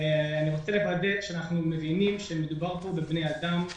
אני רוצה לוודא שאנחנו מבינים שמדובר פה בבני אדם,